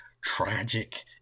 tragic